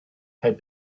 had